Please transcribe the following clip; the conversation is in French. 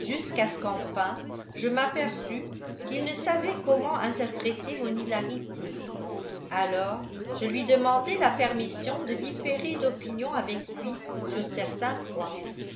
jusqu'à ce qu'enfin je m'aperçus qu'il ne savait comment interpréter mon hilarité alors je lui demandai la permission de différer d'opinion avec lui sur certains points